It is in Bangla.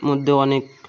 মধ্যে অনেক